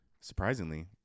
surprisingly